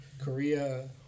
Korea